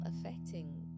affecting